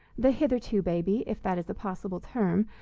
the hitherto baby, if that is a possible term,